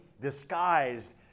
disguised